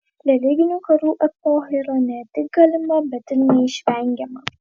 religinių karų epocha yra ne tik galima bet ir neišvengiama